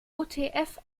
utf